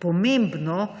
pomembno.